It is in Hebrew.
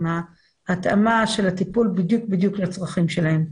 עם ההתאמה של הטיפול בדיוק לצרכים שלהם.